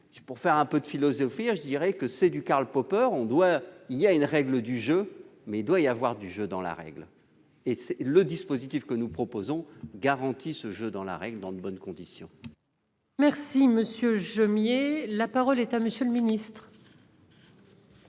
Pour faire un peu de philosophie, cela rappelle Karl Popper : il y a une règle du jeu, mais il doit y avoir du jeu dans la règle. Le dispositif que nous proposons garantit ce jeu dans la règle dans de bonnes conditions. La parole est à M. le secrétaire